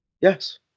Yes